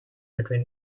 between